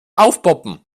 aufpoppen